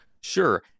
sure